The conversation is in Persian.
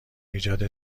ایجاد